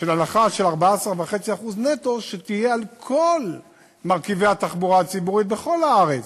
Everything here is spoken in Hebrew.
של הנחה של 14.5% נטו שתהיה על כל מרכיבי התחבורה הציבורית בכל הארץ.